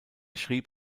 schrieb